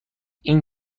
این